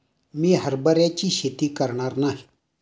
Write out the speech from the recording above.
मी हरभऱ्याची शेती करणार नाही